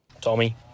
Tommy